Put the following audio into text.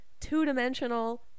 Two-dimensional